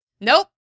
Nope